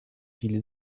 viele